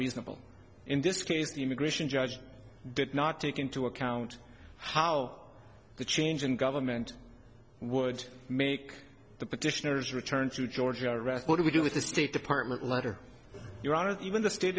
reasonable in this case the immigration judge did not take into account how the change in government would make the petitioners return to georgia rest what do we do with the state department letter your honor even the state